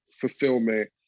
fulfillment